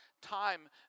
time